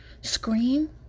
Scream